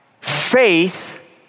Faith